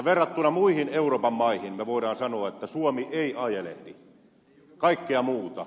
verrattuna muihin euroopan maihin me voimme sanoa että suomi ei ajelehdi kaikkea muuta